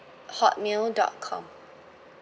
hotmail dot com